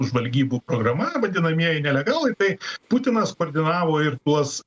žvalgybų programa vadinamieji nelegalai tai putinas koordinavo ir tuos